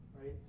right